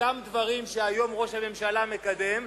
אותם דברים שהיום ראש הממשלה מקדם,